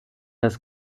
das